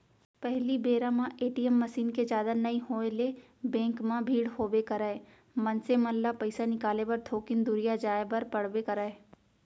पहिली बेरा म ए.टी.एम मसीन के जादा नइ होय ले बेंक म भीड़ होबे करय, मनसे मन ल पइसा निकाले बर थोकिन दुरिहा जाय बर पड़बे करय